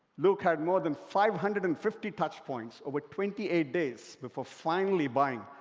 luke had more than five hundred and fifty touch points over twenty eight days before finally buying.